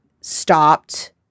stopped